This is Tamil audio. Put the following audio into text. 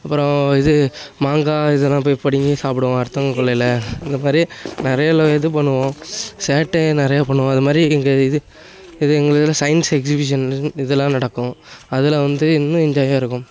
அப்பறம் இது மாங்காய் இதெல்லாம் போய் பிடிங்கி சாப்பிடுவோம் அடுத்தவங்க கொல்லையில் இந்த மாதிரி நிறையா லோ இது பண்ணுவோம் சேட்டை நிறையா பண்ணுவோம் இது மாதிரி எங்கள் இது இது எங்களுதில் சயின்ஸு எக்சிபிஷன் இதெல்லாம் நடக்கும் அதலாம் வந்து இன்னும் என்ஜாயாக இருக்கும்